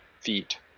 feet